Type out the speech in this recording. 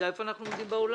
נדע איפה אנחנו עומדים בעולם.